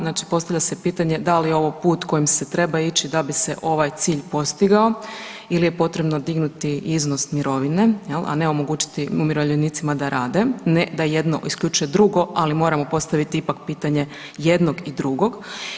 Znači postavlja se pitanje da li je ovo put kojim se treba ići da bi se ovaj cilj postigao ili je potrebno dignuti iznos mirovine jel, a ne omogućiti umirovljenicima da rade, ne da jedno isključuje drugo, ali moramo postaviti ipak pitanje jednog i drugog.